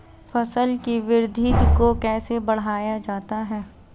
फसल की वृद्धि को कैसे बढ़ाया जाता हैं?